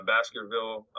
Baskerville